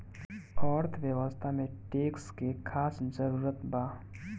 अर्थव्यवस्था में टैक्स के खास जरूरत बा